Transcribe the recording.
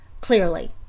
clearly